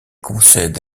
concède